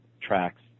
tracks